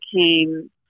came